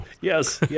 Yes